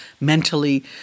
mentally